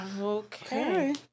okay